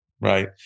Right